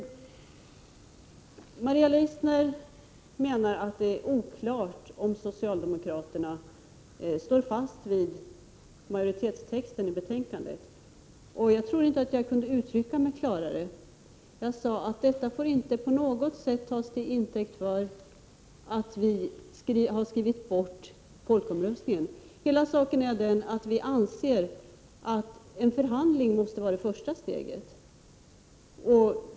Maria Leissner menar att det är oklart om socialdemokraterna står fast vid majoritetstexten i betänkandet. Jag trodde inte att jag kunde uttrycka mig klarare. Jag sade att detta inte på något sätt får tas till intäkt för att vi har skrivit bort folkomröstningen. Hela saken är den att vi anser att en förhandling måste vara det första steget.